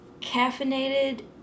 Caffeinated